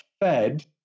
fed